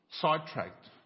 sidetracked